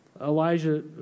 Elijah